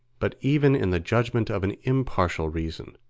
but even in the judgement of an impartial reason,